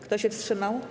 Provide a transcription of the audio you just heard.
Kto się wstrzymał?